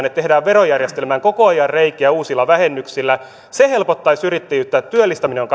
että tehdään verojärjestelmään koko ajan reikiä uusilla vähennyksillä se helpottaisi yrittäjyyttä että työllistäminen on